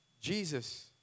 Jesus